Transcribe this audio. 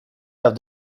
have